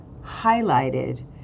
highlighted